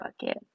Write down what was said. bucket